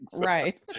right